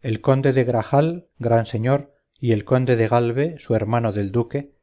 el conde de grajal gran señor y el conde de galve su hermano del duque